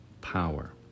power